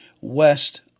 west